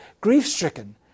grief-stricken